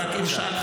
אבל אם שאלת,